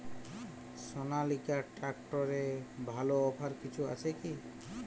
সনালিকা ট্রাক্টরে ভালো অফার কিছু আছে কি?